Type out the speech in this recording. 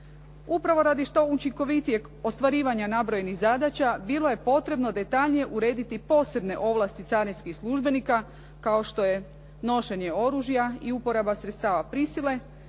Upravo radi što učinkovitijeg ostvarivanja nabrojenih zadaća, bilo je potrebno detaljnije urediti posebne ovlasti carinskih službenika kao što je nošenje oružja i uporaba sredstava prisile,